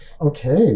okay